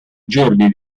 giorni